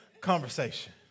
conversation